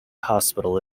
hospital